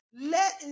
Let